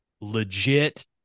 legit